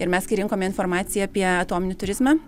ir mes kai rinkom informaciją apie atominį turizmą